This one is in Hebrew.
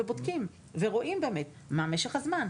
ובודקים ורואים באמת מה משך הזמן.